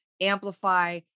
Amplify